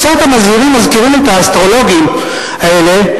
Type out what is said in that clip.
המזהירים קצת מזכירים את האסטרולוגים האלה,